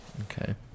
Okay